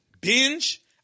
Binge